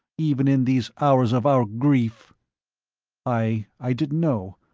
even in these hours of our grief i. i didn't know.